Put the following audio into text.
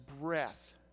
breath